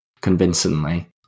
convincingly